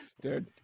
Dude